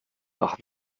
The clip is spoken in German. nach